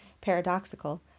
paradoxical